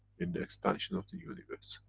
in the expansion of the universe.